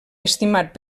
estimat